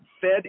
fed